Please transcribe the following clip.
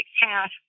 half